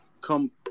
come